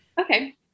Okay